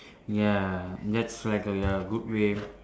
ya that's like a ya good way